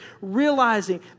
realizing